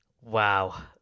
Wow